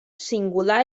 singular